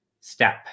step